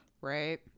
Right